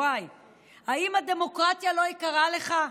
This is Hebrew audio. האם הדמוקרטיה לא יקרה לך?